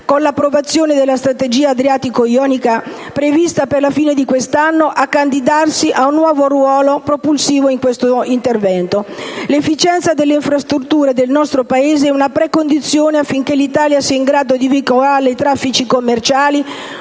con l'approvazione della strategia adriatico-ionica, prevista entro la fine dell'anno prossimo, a candidarsi con un nuovo ruolo propulsivo per questo intervento. L'efficienza delle infrastrutture del nostro Paese è una precondizione affinché l'Italia sia in grado di veicolare i traffici commerciali,